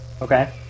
Okay